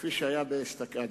כפי שהיה אשתקד.